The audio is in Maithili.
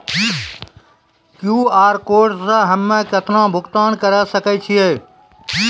क्यू.आर कोड से हम्मय केतना भुगतान करे सके छियै?